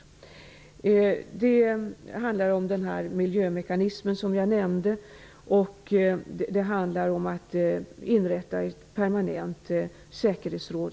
Andra frågor som jag nämnde var miljömekanismen och inrättande av ett permanent säkerhetsråd.